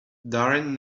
darren